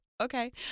okay